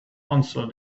answered